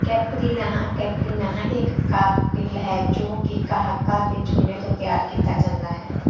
caipirinha caipirinha ਇੱਕ cocktail ਹੈ ਜੋ ਕਿ ਕਾਕਾ ਹਾ ਅਤੇ ਚੂਨੇ ਤੋਂ ਤਿਆਰ ਕੀਤਾ ਜਾਂਦਾ ਹੈ